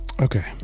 okay